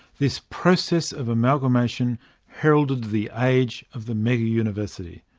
this process of amalgamation heralded the age of the mega-university.